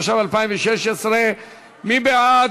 התשע"ו 2016. מי בעד?